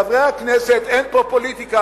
לחברי הכנסת אין פה פוליטיקה,